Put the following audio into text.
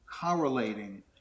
correlating